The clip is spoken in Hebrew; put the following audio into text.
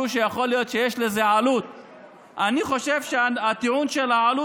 וכו', ברגע שהם מסיימים את תקופת ההתמחות